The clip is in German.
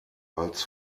als